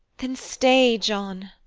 then stay, john!